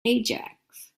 ajax